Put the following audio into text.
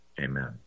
amen